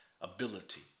ability